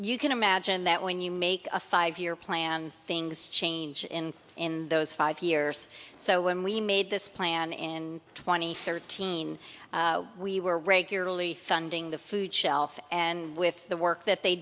you can imagine that when you make a five year plan things change in in those five years so when we made this plan in twenty thirteen we were regularly funding the food shelf and with the work that they